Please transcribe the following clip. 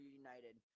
united